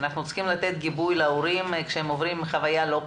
אנחנו צריכים לתת גיבוי להורים כשהם עוברים חוויה לא פשוטה,